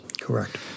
Correct